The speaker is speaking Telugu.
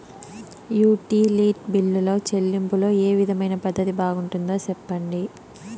యుటిలిటీ బిల్లులో చెల్లింపులో ఏ విధమైన పద్దతి బాగుంటుందో సెప్పండి?